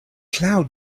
cloud